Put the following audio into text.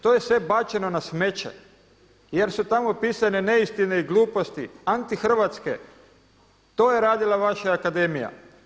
To je sve bačeno na smeće jer su tamo pisane neistine i gluposti, antihrvatske, to je radila vaša akademija.